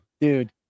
dude